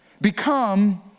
become